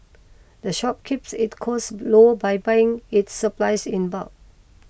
the shop keeps it costs low by buying its supplies in bulk